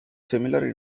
similar